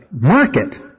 market